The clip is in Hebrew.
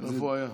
איפה הוא היה?